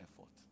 effort